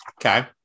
Okay